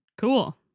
Cool